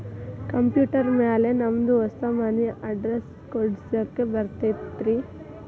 Computer ಮ್ಯಾಲೆ ನಮ್ದು ಹೊಸಾ ಮನಿ ಅಡ್ರೆಸ್ ಕುಡ್ಸ್ಲಿಕ್ಕೆ ಬರತೈತ್ರಿ?